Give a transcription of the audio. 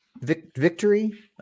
victory